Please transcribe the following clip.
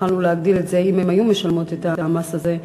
יכולנו להגדיל את זה אם הן היו משלמות את המס הזה,